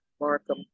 Markham